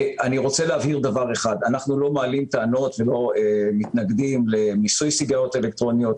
אנחנו לא מתנגדים למיסוי סיגריות אלקטרוניות,